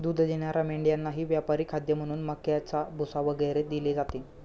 दूध देणाऱ्या मेंढ्यांनाही व्यापारी खाद्य म्हणून मक्याचा भुसा वगैरे दिले जाते